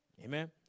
Amen